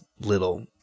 little